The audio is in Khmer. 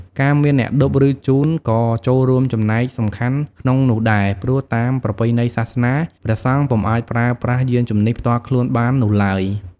ការមានអ្នកឌុប ឬ ជូនក៏ចូលរួមចំណែកសំខាន់ក្នុងនោះដែរ ព្រោះតាមប្រពៃណីសាសនា ព្រះសង្ឃពុំអាចប្រើប្រាស់យាន្តជំនិះផ្ទាល់ខ្លួនបាននោះឡើយ។